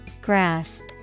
Grasp